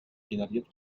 generiert